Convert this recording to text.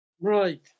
right